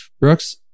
Brooks